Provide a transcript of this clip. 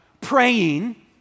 praying